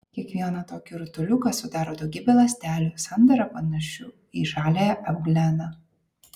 kiekvieną tokį rutuliuką sudaro daugybė ląstelių sandara panašių į žaliąją eugleną